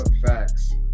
facts